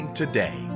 today